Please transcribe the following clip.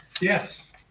Yes